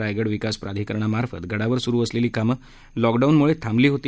रायगड विकास प्राधिकरणामार्फत गडावर सुरू असलेली कामं लॉकडाऊनमुळे पूर्णपणे थांबली होती